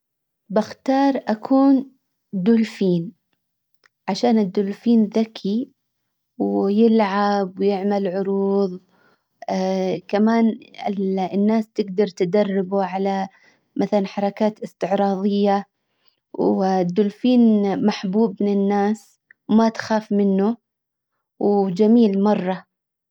بختار اكون دولفين. عشان الدولفين ذكي ويلعب ويعمل عروض. كمان الناس تقدر تدربه على مثلا حركات استعراضية. والدولفين محبوب من الناس ما تخاف منه وجميل مرة.